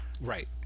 Right